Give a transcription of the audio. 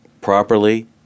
properly